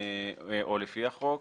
או לפי החוק,